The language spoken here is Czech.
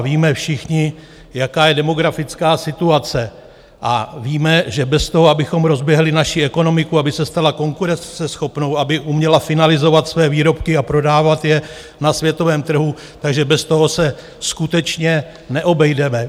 Víme všichni, jaká je demografická situace, a víme, že bez toho, abychom rozběhli naši ekonomiku, aby se stala konkurenceschopnou, aby uměla finalizovat své výrobky a prodávat je na světovém trhu, tak že bez toho se skutečně neobejdeme.